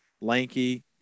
lanky